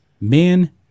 Men